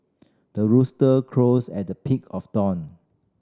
the rooster crows at the peak of dawn